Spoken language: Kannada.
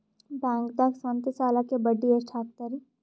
ಬ್ಯಾಂಕ್ದಾಗ ಸ್ವಂತ ಸಾಲಕ್ಕೆ ಬಡ್ಡಿ ಎಷ್ಟ್ ಹಕ್ತಾರಿ?